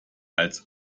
als